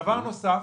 דבר נוסף,